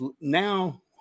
Now